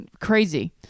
crazy